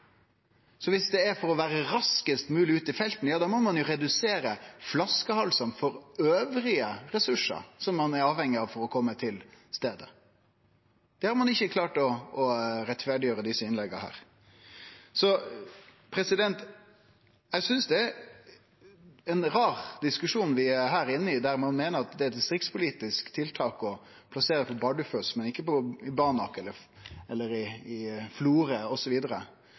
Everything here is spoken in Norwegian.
Så viss det er for å vere raskast mogleg ute i felten, må ein redusere flaskehalsane for dei andre ressursane som ein er avhengig av for å kome til staden. Det har ein ikkje klart å rettferdiggjere i desse innlegga. Eg synest det er ein rar diskusjon vi her er inne i, der ein meiner at det er eit distriktspolitisk tiltak å plassere ein base på Bardufoss, men ikkje på Banak eller i